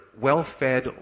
well-fed